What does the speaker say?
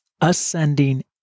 ascending